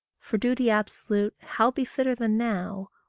for duty absolute how be fitter than now?